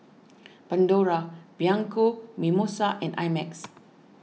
Pandora Bianco Mimosa and I Max